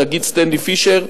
הנגיד סטנלי פישר,